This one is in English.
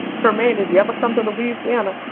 trymaine, if you ever come to louisiana,